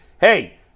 Hey